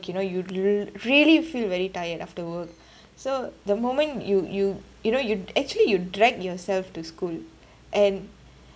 you know you re~ really feel very tired after work so the moment you you you know you actually you drag yourself to school and